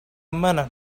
minute